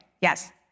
Yes